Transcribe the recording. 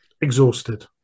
Exhausted